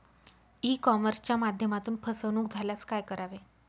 E कॉमर्सच्या माध्यमातून फसवणूक झाल्यास काय करावे?